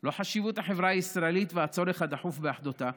לא חשיבות החברה הישראלית והצורך הדחוף באחדותה.